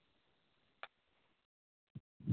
அப்படிங்ளா கூப்பிட்டா நீங்கள் வந்து க்ளீன் பண்ணி தருவீங்களா